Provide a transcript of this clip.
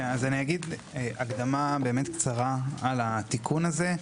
אז אני אגיד הקדמה באמת קצרה על התיקון הזה.